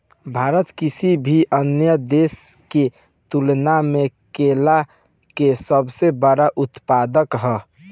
भारत किसी भी अन्य देश की तुलना में केला के सबसे बड़ा उत्पादक ह